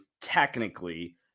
technically